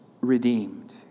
redeemed